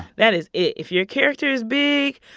that is, if your character is big,